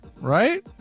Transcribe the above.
right